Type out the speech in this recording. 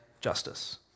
justice